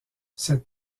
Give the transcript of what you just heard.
cette